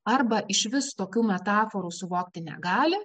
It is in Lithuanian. arba išvi tokių metaforų suvokti negali